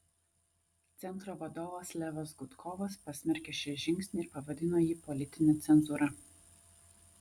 centro vadovas levas gudkovas pasmerkė šį žingsnį ir pavadino jį politine cenzūra